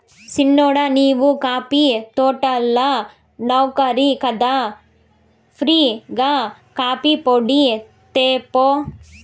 సిన్నోడా నీవు కాఫీ తోటల నౌకరి కదా ఫ్రీ గా కాఫీపొడి తేపో